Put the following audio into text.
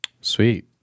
Sweet